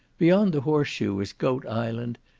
beyond the horse-shoe is goat island,